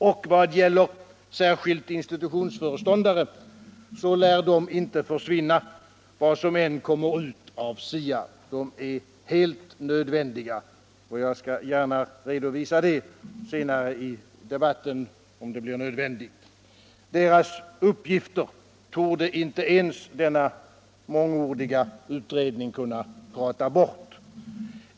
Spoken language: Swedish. Och i vad gäller särskilt institutionsföreståndarna så lär de inte försvinna vad som än kommer ut av SIA. De är helt nödvändiga, och jag skall gärna redovisa det senare i debatten om det behövs. Deras uppgifter torde inte ens denna mångordiga utredning kunna prata bort.